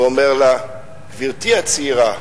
ואומר לה: גברתי הצעירה,